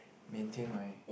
maintain my